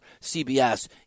cbs